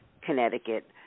Connecticut